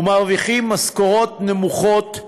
ומרוויחים משכורות נמוכות,